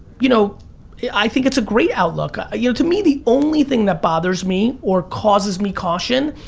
you know i think it's a great outlook. ah you know to me, the only thing that bothers me or causes me caution,